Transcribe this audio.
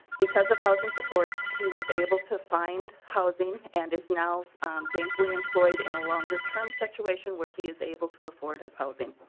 because of housing support was able to find housing and is now thankfully employed in a longer-term situation where he is able to afford his housing.